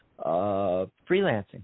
freelancing